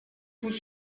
vous